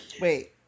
Wait